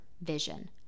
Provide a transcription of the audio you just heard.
vision